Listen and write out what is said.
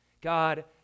God